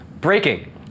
Breaking